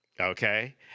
okay